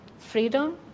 freedom